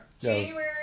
January